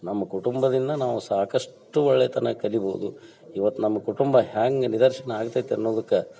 ನಮ್ಮ ಕುಟುಂಬದಿಂದ ನಾವು ಸಾಕಷ್ಟು ಒಳ್ಳೆಯತನ ಕಲಿಬೋದು ಇವತ್ತು ನಮ್ಮ ಕುಟುಂಬ ಹ್ಯಾಂಗೆ ನಿದರ್ಶನ ಆಗ್ತೈತೆ ಅನ್ನುದಕ್ಕೆ